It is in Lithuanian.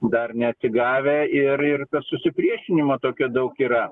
dar neatsigavę ir ir susipriešinimo tokio daug yra